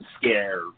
scare